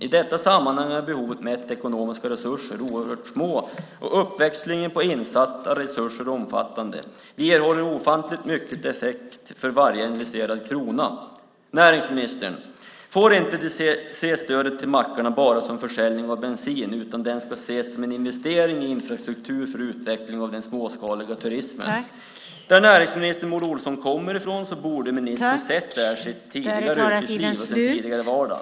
I detta sammanhang är behoven mätt i ekonomiska resurser oerhört små, och uppväxlingen på insatta resurser är omfattande. Vi erhåller ofantligt mycket effekt för varje investerad krona. Näringsministern får inte se stödet till mackarna bara som försäljning av bensin, utan det ska ses som en investering i infrastruktur för utveckling av den småskaliga turismen. Med tanke på var näringsminister Maud Olofsson kommer ifrån borde ministern ha sett det här i sitt tidigare yrkesliv och sin tidigare vardag.